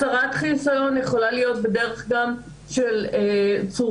הסרת חיסיון יכולה להיות גם בדרך של צורה,